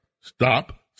Stop